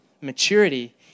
Maturity